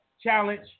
challenge